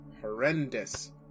Horrendous